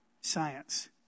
science